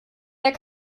der